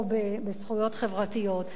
או בזכויות חברתיות.